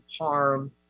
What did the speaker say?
harm